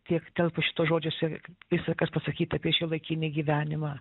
tiek telpa šituos žodžiuose visa kas pasakyta apie šiuolaikinį gyvenimą